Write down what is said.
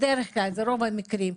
זה רוב המקרים.